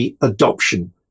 adoption